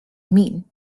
mean